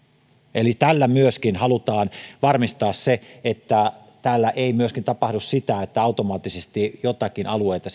eli tällä halutaan varmistaa se että täällä ei tapahdu sitä että automaattisesti joitakin alueita